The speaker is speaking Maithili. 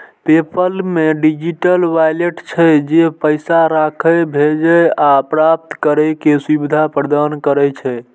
पेपल मे डिजिटल वैलेट छै, जे पैसा राखै, भेजै आ प्राप्त करै के सुविधा प्रदान करै छै